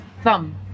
thumb